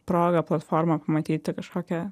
proga platforma pamatyti kažkokią